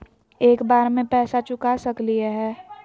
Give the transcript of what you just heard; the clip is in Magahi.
एक बार में पैसा चुका सकालिए है?